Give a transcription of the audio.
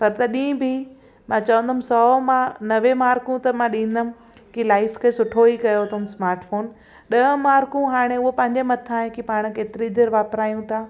त तॾहिं बि मां चवंदमि सौ मां नवे मार्कूं त ॾींदमि की लाइफ खे सुठो ई कयो अथऊं स्माटफोन ॾह मार्कूं हाणे उहो पंहिंजे मथा आहे की पाण केतिरी देरि वापरायूं था